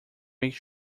make